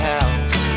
House